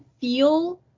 feel